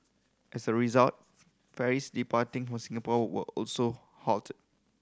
as a result ferries departing from Singapore were also halted